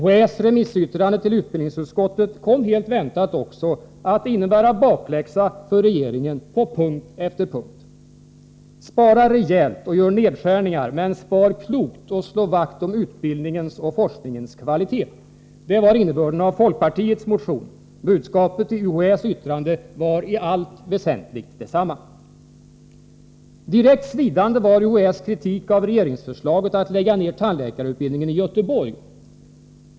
UHÄ:s remissyttrande till utbildningsutskottet kom helt väntat också att innebära bakläxa för regeringen på punkt efter punkt. Spara rejält och gör nedskärningar men spar klokt och slå vakt om utbildningens och forskningens kvalitet. Det var innebörden av folkpartiets motion. Budskapet i UHÄ:s yttrande var i allt väsentligt detsamma. Direkt svidande var UHÄ:s kritik av regeringsförslaget att lägga ned tandläkarutbildningen i Göteborg.